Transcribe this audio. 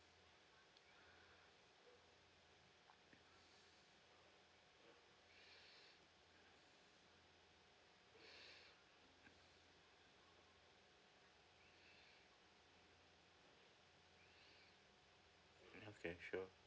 okay sure